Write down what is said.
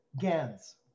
GANs